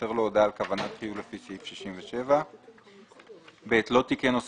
תימסר לו הודעה על כוונת חיוב לפי סעיף 67. לא תיקן נושא